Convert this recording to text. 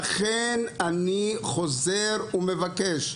לכן, אני חוזר ומבקש: